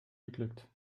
geglückt